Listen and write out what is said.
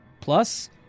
Plus